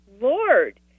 Lord